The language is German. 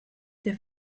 der